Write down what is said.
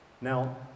Now